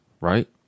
right